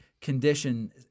condition